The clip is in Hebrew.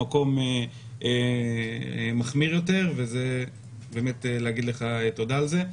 למקום מחמיר יותר וזה באמת המקום להגיד לך תודה על זה.